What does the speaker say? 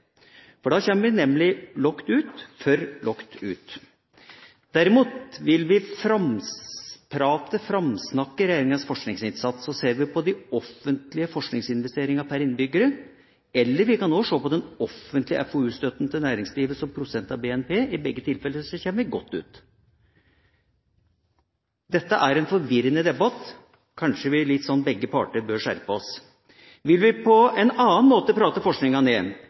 for da kommer vi nemlig for lågt ut! Vil vi derimot framprate, framsnakke, regjeringas forskningsinnsats, ser vi på de offentlige forskningsinvesteringer per innbygger, eller vi kan også se på den offentlige FoU-støtten til næringslivet som prosent av BNP. I begge tilfeller kommer vi godt ut. Dette er en forvirrende debatt, kanskje begge parter bør skjerpe seg. Vil vi på en annen måte prate forskninga ned,